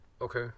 okay